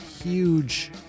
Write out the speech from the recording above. huge